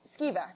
Skiva